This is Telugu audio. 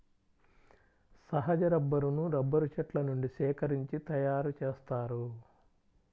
సహజ రబ్బరును రబ్బరు చెట్ల నుండి సేకరించి తయారుచేస్తారు